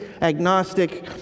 agnostic